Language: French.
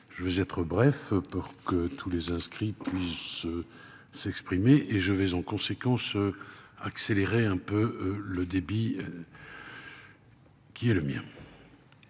Je vais être bref pour que tous les inscrits puissent s'exprimer et je vais en conséquence. Accélérer un peu le débit. Qui est le mien.